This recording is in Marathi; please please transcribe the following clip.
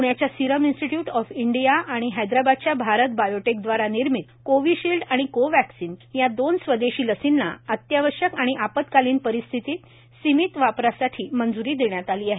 प्ण्याच्या सीरम इंस्टीट्यूट ऑफ इंडिया आणि हैदराबादच्या भारत बायोटेक द्वारा निर्मिती कोविशिल्ड आणि कोव्हॅक्सिन या दोन स्वदेशी लसींना अत्यावश्यक आणि आपतकालीन परिस्थित सीमित वापरासाठी मंज्री दिलेली आहे